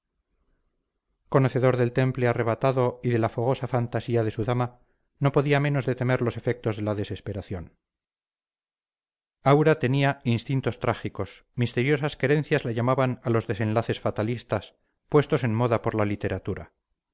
conocedor del temple arrebatado y de la fogosa fantasía de su dama no podía menos de temer los efectos de la desesperación aura tenía instintos trágicos misteriosas querencias la llamaban a los desenlaces fatalistas puestos en moda por la literatura